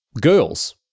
girls